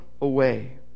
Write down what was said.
away